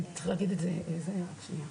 זה ביטוי